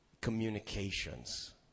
communications